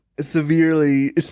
severely